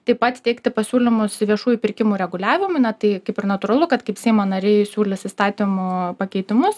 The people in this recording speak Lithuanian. taip pat teikti pasiūlymus viešųjų pirkimų reguliavimui na tai kaip ir natūralu kad kaip seimo nariai siūlys įstatymų pakeitimus